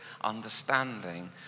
understanding